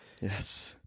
Yes